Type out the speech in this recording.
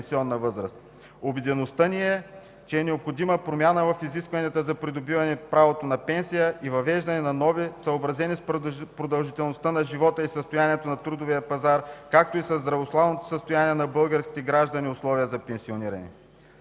Убедеността ни е, че е необходима промяна в изискванията за придобиване правото на пенсия и въвеждане на нови, съобразени с продължителността на живота и състоянието на трудовия пазар, както и със здравословното състояние на българските граждани условия за пенсиониране.